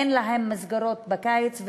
אין להם מסגרות בקיץ,